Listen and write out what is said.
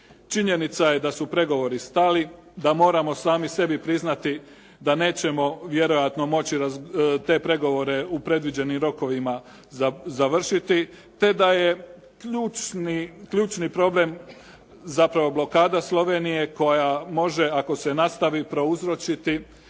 Činjenica je da su pregovori stali, da moramo sami sebi priznati da nećemo vjerojatno moći te pregovore u predviđenim rokovima završiti, te da je ključni problem zapravo blokada Slovenije koja može ako se nastavi prouzročiti